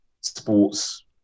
sports